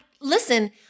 listen